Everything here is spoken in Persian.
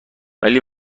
ولی